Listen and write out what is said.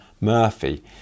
Murphy